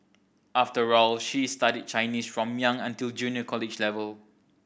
after all she is studied Chinese from young until junior college level